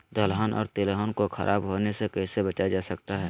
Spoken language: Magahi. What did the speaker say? दलहन और तिलहन को खराब होने से कैसे बचाया जा सकता है?